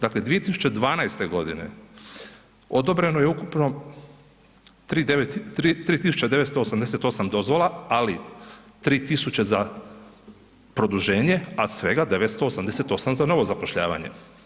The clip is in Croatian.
Dakle, 2012. godine odobreno je ukupno 3.988 dozvola, ali 3.000 za produženje, a svega 988 za novo zapošljavanje.